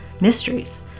mysteries